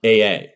AA